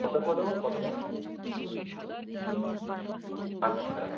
কত করে দেবো কত আচ্ছা